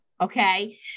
Okay